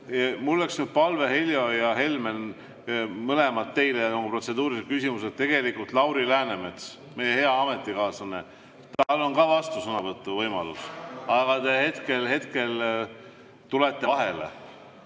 Mul oleks nüüd palve, Heljo ja Helmen, mõlemad teile, need protseduurilised küsimused ... Tegelikult Lauri Läänemets, meie hea ametikaaslane, tal on ka vastusõnavõtu võimalus, aga te hetkel tulete vahele.